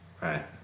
Right